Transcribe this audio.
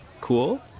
Cool